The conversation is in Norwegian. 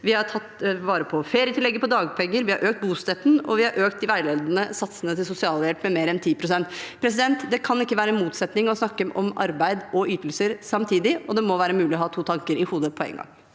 vi har tatt vare på ferietillegget på dagpenger, vi har økt bostøtten, og vi har økt de veiledende satsene for sosialhjelp med mer enn 10 pst. Det kan ikke være en motsetning å snakke om arbeid og ytelser samtidig, og det må være mulig å ha to tanker i hodet på en gang.